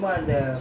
india